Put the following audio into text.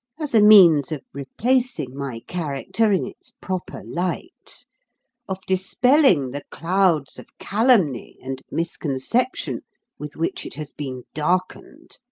as a means of replacing my character in its proper light of dispelling the clouds of calumny and misconception with which it has been darkened,